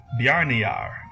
Bjarniar